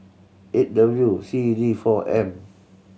eight W C D four M